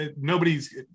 Nobody's